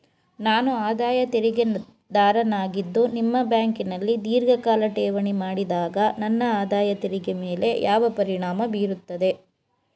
ನಾನು ಆದಾಯ ತೆರಿಗೆದಾರನಾಗಿದ್ದು ನಿಮ್ಮ ಬ್ಯಾಂಕಿನಲ್ಲಿ ಧೀರ್ಘಕಾಲ ಠೇವಣಿ ಮಾಡಿದಾಗ ನನ್ನ ಆದಾಯ ತೆರಿಗೆ ಮೇಲೆ ಯಾವ ಪರಿಣಾಮ ಬೀರುತ್ತದೆ?